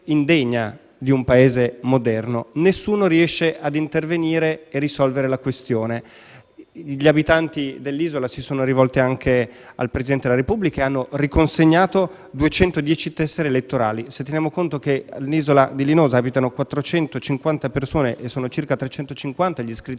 indegna di un Paese moderno. Nessuno riesce ad intervenire per risolvere la questione. Gli abitanti dell'isola si sono rivolti anche al Presidente della Repubblica e hanno consegnato 210 tessere elettorali. Se teniamo conto che nell'isola di Linosa abitano 450 persone e sono circa 350 gli iscritti